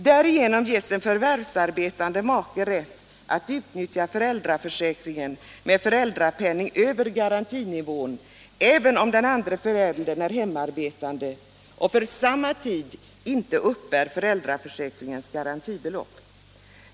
Därigenom ges en förvärvsarbetande make rätt att utnyttja föräldraförsäkringen med föräldrapenning över garantinivån, även om den andre föräldern är hemarbetande och för samma tid inte uppbär föräldraförsäkringens garantibelopp.